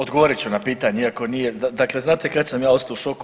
Odgovorit ću na pitanje iako nije, dakle znate kad sam ja ostao u šoku.